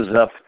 up